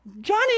Johnny